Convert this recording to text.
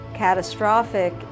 Catastrophic